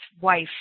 wife